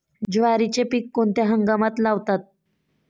ज्वारीचे पीक कोणत्या हंगामात लावतात?